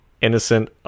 innocent